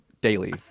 daily